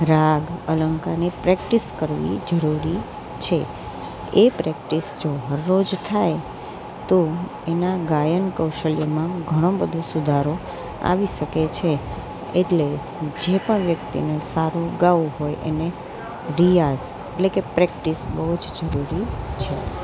રાગ અલંકારની પ્રેક્ટિસ કરવી જરૂરી છે એ પ્રેક્ટિસ જો હરરોજ થાય તો એનાં ગાયન કૌશલ્યમાં ઘણો બધો સુધારો આવી શકે છે એટલે જે પણ વ્યક્તિને સારું ગાવું હોય એને રિયાઝ એટલે કે પ્રેક્ટિસ બહુ જ જરૂરી છે